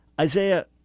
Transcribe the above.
Isaiah